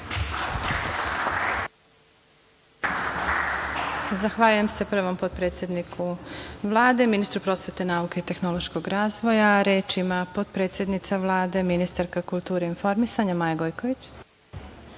Zahvaljujem se, prvom potpredsedniku Vlade, ministru prosvete, nauke i tehnološkog razvoja. Reč ima, potpredsednica Vlade, ministarka kulture i informisanja, Maja Gojković.